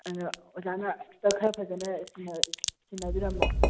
ꯑꯗꯣ ꯑꯣꯖꯥꯅ ꯑꯝꯇ ꯈꯔ ꯐꯖꯅ ꯁꯤꯟꯅꯕꯤꯔꯝꯃꯣ